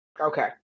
Okay